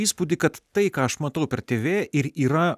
įspūdį kad tai ką aš matau per tv ir yra